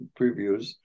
previews